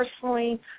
personally